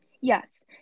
Yes